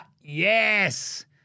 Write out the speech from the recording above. yes